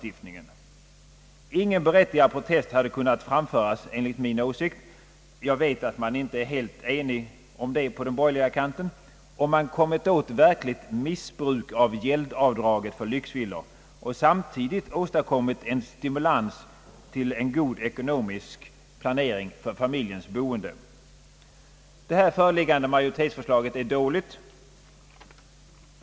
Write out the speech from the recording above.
Ingen berättigad protest hade enligt min åsikt kunnat framföras — jag vet att man inte är helt enig i det fallet på den borgerliga kanten — om man försökt komma åt verkligt missbruk av gäldavdraget för lyxvillor och samtidigt åstadkommit en stimulans till god ekonomisk planering för familjens boende. Det föreliggande majoritetsförslaget är dåligt.